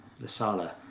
Lasala